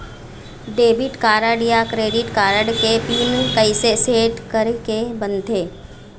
Debit card या credit card के PIN कइसे सेट करे के बनते?